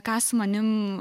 ką su manim